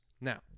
Now